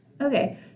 okay